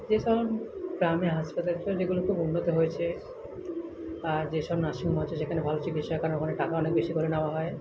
যেসব গ্রামে হাসপাতাল এগুলো খুব উন্নত হয়েছে আর যেসব নার্সিং হোম আছে সেখানে ভালো চিকিৎসা হয় কারণ ওখানে টাকা অনেক বেশি করে নেওয়া হয়